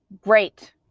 Great